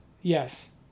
Yes